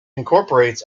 incorporates